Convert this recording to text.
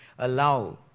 allow